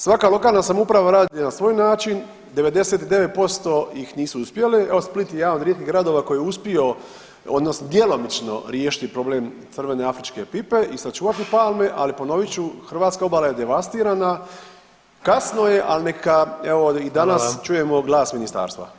Svaka lokalna samouprava radi na svoj način, 99% ih nisu uspjeli, evo Split je jedan od rijetkih gradova koji je uspio odnosno djelomično riješiti problem crvene afričke pipe i sačuvati palme ali ponovit ću, hrvatska obala je devastirana, kasno je ali neka evo i danas [[Upadica predsjednik: Hvala vam.]] čujemo glas ministarstva.